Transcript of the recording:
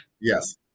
Yes